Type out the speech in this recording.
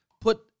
Put